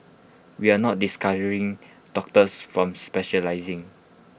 we are not discouraging doctors from specialising